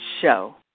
show